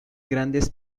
grandes